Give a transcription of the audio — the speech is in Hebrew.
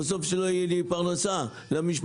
שבסוף לא תהיה לי פרנסה למשפחה.